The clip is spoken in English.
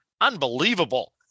Unbelievable